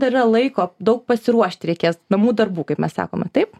dar yra laiko daug pasiruošti reikės namų darbų kaip mes sakome taip